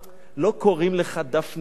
לא קוראים לך דפני ליף.